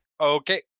Okay